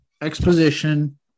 exposition